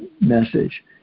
message